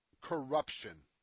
corruption